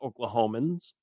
Oklahomans